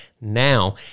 now